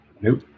Nope